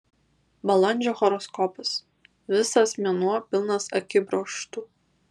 balandžio horoskopas visas mėnuo pilnas akibrokštų